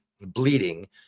bleeding